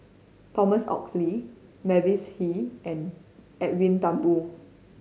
Thomas Oxley Mavis Hee and Edwin Thumboo